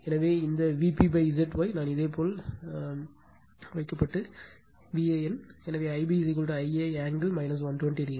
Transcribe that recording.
எனவே இந்த Vp Z Y நான் இதேபோல் வைக்கப்படுVan எனவே Ib I a angle 120o